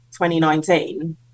2019